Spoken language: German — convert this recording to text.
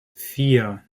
vier